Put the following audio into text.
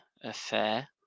affair